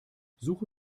suche